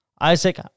Isaac